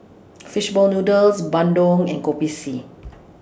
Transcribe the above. Fish Ball Noodles Bandung and Kopi C